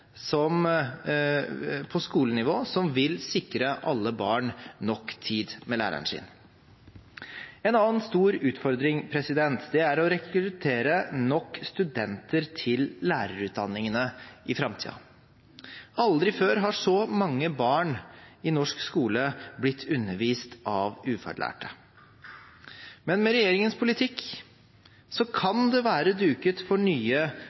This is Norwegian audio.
lærertetthet på skolenivå som vil sikre alle barn nok tid med læreren sin. En annen stor utfordring er å rekruttere nok studenter til lærerutdanningene i framtiden. Aldri før har så mange barn i norsk skole blitt undervist av ufaglærte, men med regjeringens politikk kan det være duket for nye